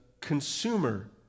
consumer